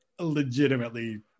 legitimately